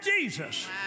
Jesus